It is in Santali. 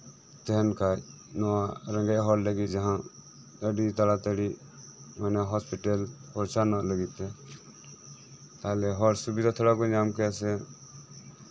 ᱛᱟᱸᱦᱮᱱ ᱠᱷᱟᱡ ᱨᱮᱸᱜᱮᱪ ᱦᱚᱲ ᱞᱟᱹᱜᱤᱫ ᱡᱟᱸᱦᱟ ᱢᱟᱱᱮ ᱟᱹᱰᱤ ᱛᱟᱲᱟ ᱛᱟᱲᱤ ᱦᱚᱥᱯᱤᱴᱟᱞ ᱯᱳᱪᱷᱟᱱᱳ ᱞᱟᱹᱜᱤᱫ ᱛᱮ ᱛᱟᱦᱞᱮ ᱦᱚᱲ ᱥᱩᱵᱤᱫᱷᱟ ᱠᱚ ᱧᱟᱢ ᱠᱮᱭᱟ ᱥᱮ